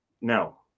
no